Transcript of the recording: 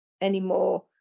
anymore